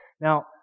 Now